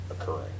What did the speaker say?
occurring